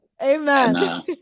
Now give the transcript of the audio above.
Amen